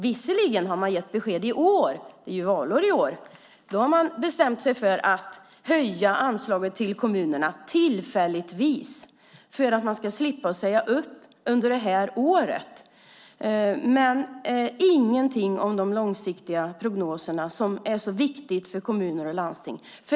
Visserligen har man gett besked för i år, det är ju valår, och man har bestämt sig för att höja anslaget tillfälligt för att kommunerna ska slippa säga upp under 2010. Man säger dock inget om de långsiktiga prognoserna som är så viktiga för kommuner och landsting.